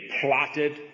plotted